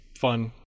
fun